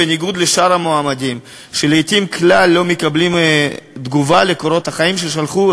בניגוד לשאר המועמדים שלעתים כלל לא מקבלים תגובה על קורות החיים ששלחו,